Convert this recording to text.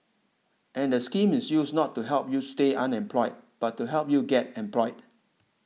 and the scheme is used not to help you stay unemployed but to help you get employed